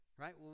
right